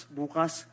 bukas